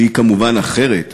שהיא כמובן אחרת,